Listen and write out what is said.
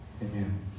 amen